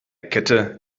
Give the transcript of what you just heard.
kette